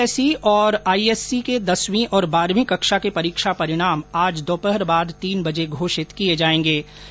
ICSE और ISC के दसवीं और बारहवीं कक्षा के परीक्षा परिणाम आज दोपहर बाद तीन बजे घोषित किये जायेंगे